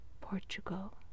Portugal